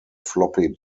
floppy